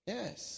Yes